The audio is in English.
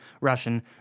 Russian